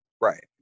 Right